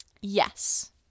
Yes